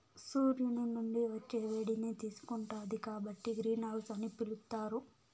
సూర్యుని నుండి వచ్చే వేడిని తీసుకుంటాది కాబట్టి గ్రీన్ హౌస్ అని పిలుత్తారు